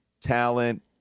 talent